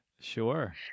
Sure